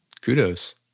Kudos